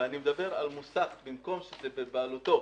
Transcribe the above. ומדבר על מוסך במקום "בבעלותו",